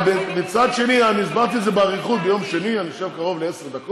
למה לא להגיד: